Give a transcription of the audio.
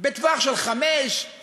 בטווח של חמש,